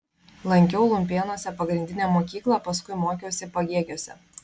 lankiau lumpėnuose pagrindinę mokyklą paskui mokiausi pagėgiuose